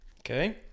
Okay